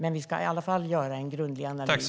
Men vi ska i alla fall göra en grundlig analys.